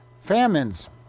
famines